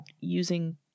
using